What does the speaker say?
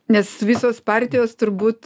nes visos partijos turbūt